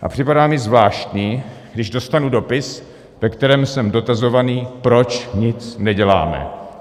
A připadá mi zvláštní, když dostanu dopis, ve kterém jsem dotazován, proč nic neděláme.